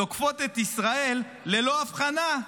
תוקפות את ישראל ללא הבחנה,